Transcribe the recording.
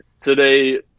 today